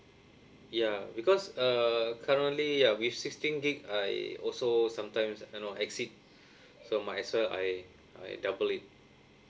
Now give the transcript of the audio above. ya because uh currently uh with sixteen gig I also sometimes you know exceed so might as well I I double it